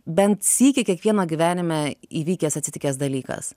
bent sykį kiekvieno gyvenime įvykęs atsitikęs dalykas